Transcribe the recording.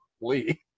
Lee